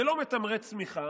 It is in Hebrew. זה לא מתמרץ צמיחה.